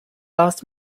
last